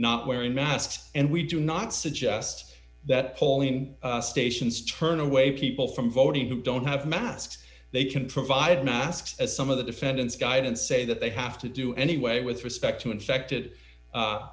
not wearing masks and we do not suggest that polling stations turn away people from voting who don't have masks they can provide not as some of the defendants guidance say that they have to do anyway with respect to infected